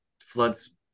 floods